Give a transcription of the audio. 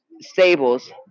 stables